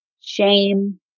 shame